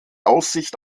aussicht